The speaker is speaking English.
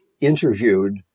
interviewed